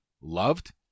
loved